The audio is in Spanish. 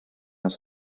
nos